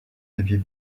depuis